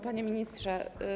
Panie Ministrze!